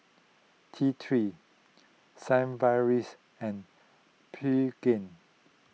T three Sigvaris and Pregain